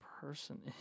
person